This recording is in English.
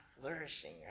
flourishing